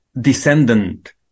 descendant